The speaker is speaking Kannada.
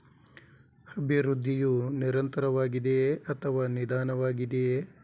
ಅಭಿವೃದ್ಧಿಯು ನಿರಂತರವಾಗಿದೆಯೇ ಅಥವಾ ನಿಧಾನವಾಗಿದೆಯೇ?